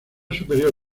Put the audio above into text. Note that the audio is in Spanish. superior